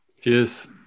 cheers